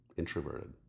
Introverted